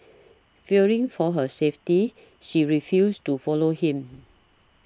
fearing for her safety she refused to follow him